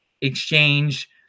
exchange